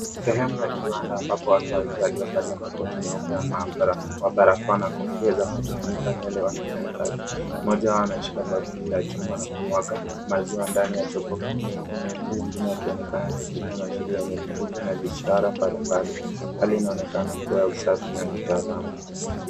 Sehemu ya kiwanda ambapo watu wawili waiovalia makoti meupe na mabarakoa na kofia za kujifunika nywele wanafanya kazi. Mmoja wao ameshika bakuli la chuma na kumwaga maziwa ndani ya chombo kingine huku mwingine akionekana kutumia mashine yenye vitutu na ishara mbalimbali. Hali inaonekana kuwa ya usafi na ya kitaalamu.